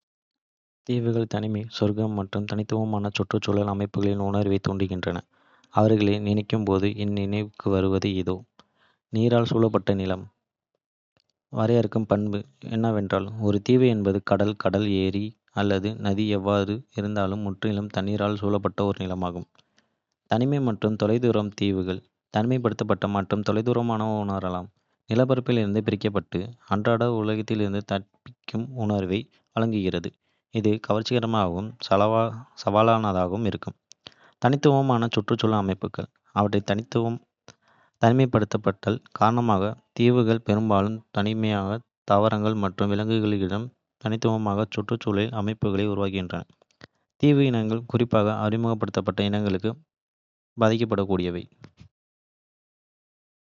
தீவுகள் தனிமை, சொர்க்கம் மற்றும் தனித்துவமான சுற்றுச்சூழல் அமைப்புகளின் உணர்வைத் தூண்டுகின்றன. அவர்களை நினைக்கும் போது என் நினைவுக்கு வருவது இதோ. நீரால் சூழப்பட்ட நிலம் வரையறுக்கும் பண்பு என்னவென்றால், ஒரு தீவு என்பது கடல், கடல், ஏரி அல்லது நதி எதுவாக இருந்தாலும் முற்றிலும் தண்ணீரால் சூழப்பட்ட ஒரு நிலமாகும். தனிமை மற்றும் தொலைதூரம் தீவுகள் தனிமைப்படுத்தப்பட்ட மற்றும் தொலைதூரமாக உணரலாம், நிலப்பரப்பிலிருந்து பிரிக்கப்பட்டு, அன்றாட உலகத்திலிருந்து தப்பிக்கும் உணர்வை. வழங்குகின்றன. இது கவர்ச்சிகரமானதாகவும் சவாலானதாகவும் இருக்கலாம். தனித்துவமான சுற்றுச்சூழல் அமைப்புகள் அவற்றின் தனிமைப்படுத்தல் காரணமாக, தீவுகள் பெரும்பாலும். தனித்துவமான தாவரங்கள் மற்றும் விலங்கினங்களுடன் தனித்துவமான சுற்றுச்சூழல். அமைப்புகளை உருவாக்குகின்றன. தீவு இனங்கள் குறிப்பாக அறிமுகப்படுத்தப்பட்ட இனங்களுக்கு பாதிக்கப்படக்கூடியவை.